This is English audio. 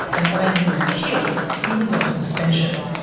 and when he was killed, he was on suspension.